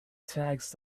tax